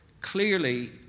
clearly